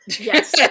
Yes